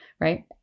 right